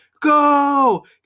go